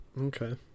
okay